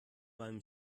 beim